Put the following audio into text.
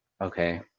okay